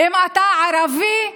אם אתה ערבי,